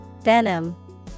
Venom